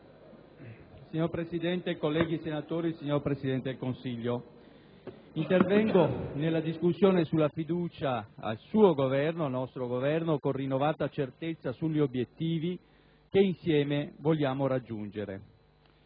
Signor Presidente, colleghi senatori, signor Presidente del Consiglio, intervengo nella discussione sulla fiducia al suo Governo con rinnovata certezza sugli obiettivi che insieme vogliamo raggiungere.